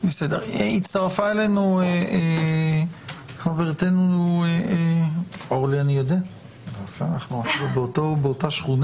הצטרפה אלינו חברתנו אורלי אלמגור לוטן.